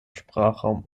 sprachraum